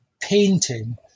painting